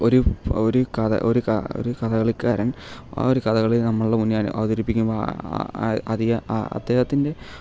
ഒരു ഒരു ക ഒരു ക ഒരു കഥകളിക്കാരൻ ആ ഒരു കഥകളി നമ്മളുടെ മുന്നിൽ അവതരിപ്പിക്കുമ്പോൾ അതിയ അദ്ദേഹത്തിൻ്റെ